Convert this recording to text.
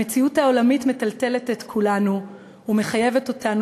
המציאות העולמית מטלטלת את כולנו ומחייבת אותנו